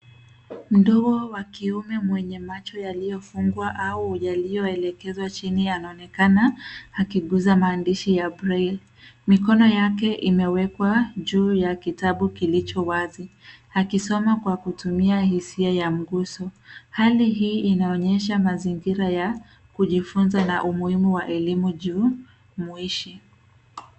Mdogo wa kiume mwenye macho yaliyofungwa au yalioelekezwa chini anaonekana akiguza maandishi ya braille . Mikono yake imewekwa juu ya kitabu kilicho wazi, akisoma kwa kutumia hisia ya mguso. Hali hii inaonyesha mazingira ya kujifunza na umuhimu wa elimu jumuishi.